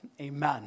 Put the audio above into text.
amen